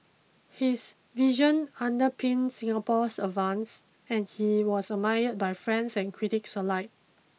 his vision underpinned Singapore's advances and he was admired by friends and critics alike